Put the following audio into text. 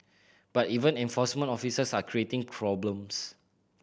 but even enforcement officers are creating problems